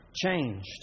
changed